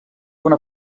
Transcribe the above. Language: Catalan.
una